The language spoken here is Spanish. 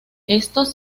estos